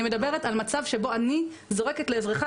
אני מדברת על מצב שבו 'אני זורקת לעברך',